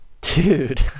Dude